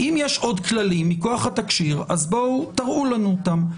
אם יש עוד כללים מכוח התקשי"ר, אז תראו לנו אותם.